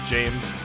James